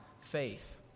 faith